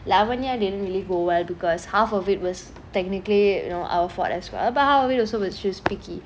Lavanya :lavanya didn't really go well because half of it was technically you know our fault as well but half of it was also just picky